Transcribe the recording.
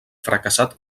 fracassat